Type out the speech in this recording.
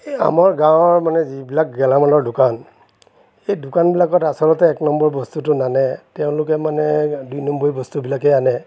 এই আমাৰ গাঁৱৰ মানে যিবিলাক গেলামালৰ দোকান সেই দোকানবিলাকত আচলতে এক নম্বৰ বস্তুটো নানে তেওঁলোকে মানে দুই নম্বৰী বস্তুবিলাকেই আনে